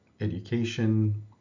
education